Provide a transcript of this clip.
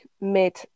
mid